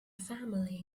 family